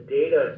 data